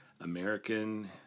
American